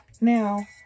now